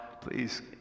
Please